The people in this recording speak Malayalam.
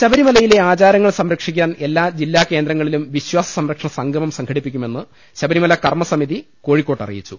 ശബരിമലയിലെ ആചാരങ്ങൾ സംരക്ഷിക്കാൻ എല്ലാ ജില്ലാ കേന്ദ്രങ്ങളിലും വിശ്വാസ സംരക്ഷണ സംഗമം സംഘടിപ്പിക്കു മെന്ന് ശബരിമല കർമ്മ സമിതി കോഴിക്കോട്ട് അറിയിച്ചു